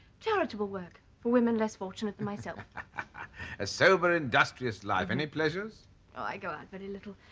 charitable work for women less fortunate than myself a sober industrious live any pleasures i go out very little.